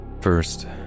First